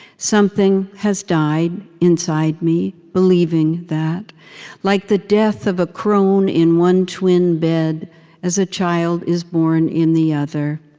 something has died, inside me, believing that like the death of a crone in one twin bed as a child is born in the other.